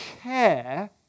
care